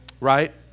right